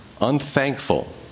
unthankful